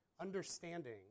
understanding